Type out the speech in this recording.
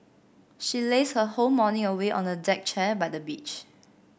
she lazed her whole morning away on a deck chair by the beach